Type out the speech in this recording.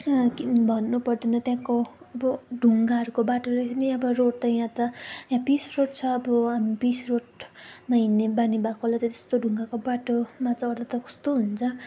केही भन्नु पर्दैन त्यहाँको अब ढुङ्गाहरूको बाटो रहेछ नि यहाँबाट रोड त यहाँ त यहाँ पिच रोड छ अब हामी पिच रोडमा हिँड्ने बानी भएकोलाई त्यस्तो ढुङ्गाको बाटोमा चढ्दा त कस्तो हुन्छ